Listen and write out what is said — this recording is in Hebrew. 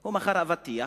והוא מכר אבטיח.